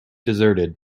deserted